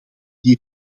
die